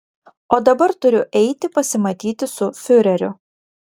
o dabar turiu eiti pasimatyti su fiureriu